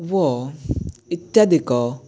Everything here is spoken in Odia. ୱ ଇତ୍ୟାଦିକ